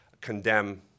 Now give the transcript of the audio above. condemn